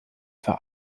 für